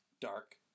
dark